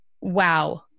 wow